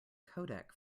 codec